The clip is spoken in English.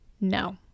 no